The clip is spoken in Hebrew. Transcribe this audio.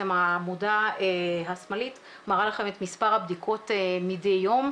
העמודה השמאלית מראה לכם את מספר הבדיקות מדי יום,